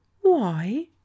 Why